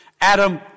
Adam